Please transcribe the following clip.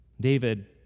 David